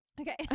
Okay